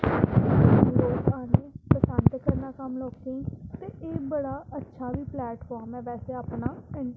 पसंद करना कम्म लोकें गी बड़ा अच्छा गै प्लेटफॉर्म ऐ बस अपना